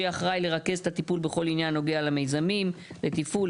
שיהיה אחראי לרכז את הטיפול בכל עניין הנוגע למיזמים תפעול,